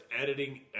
editing